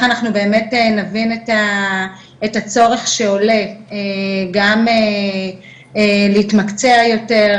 אנחנו באמת נבין את הצורך שעולה גם להתמקצע יותר,